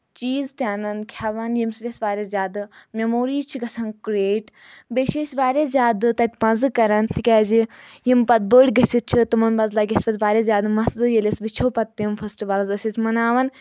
چیٖز تہِ اَنَان کھؠوَان ییٚمہِ سۭتۍ أسۍ واریاہ زیادٕ میموریٖز چھُ گژھان کریٹ بیٚیہِ چھِ أسۍ واریاہ زیادٕ تَتہِ مَزٕ کران تِکیازِ یِم پَتہٕ بٔڑۍ گٔژھِتھ چھِ تِمَن منٛز لَگہِ اَسہِ پَتہٕ واریاہ زیادٕ مَزٕ ییٚلہِ أسۍ وٕچھو پَتہٕ تِم فیسٹِوَلز ٲسۍ أسۍ مَناوَان